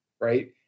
right